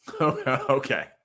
Okay